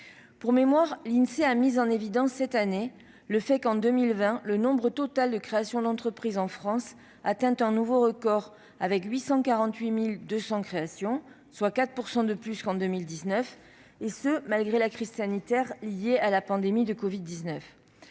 Pour mémoire, l'Insee a mis en évidence cette année le fait qu'en 2020 le nombre total de créations d'entreprises avait atteint en France un nouveau record : 848 200 créations soit 4 % de plus qu'en 2019, et ce malgré la crise sanitaire liée à la pandémie de covid-19.